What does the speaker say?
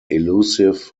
elusive